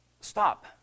Stop